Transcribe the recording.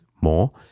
more